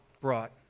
brought